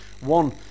one